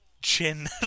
chin